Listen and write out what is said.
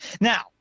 Now